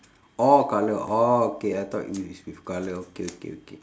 orh colour orh okay I thought it is with colour okay okay okay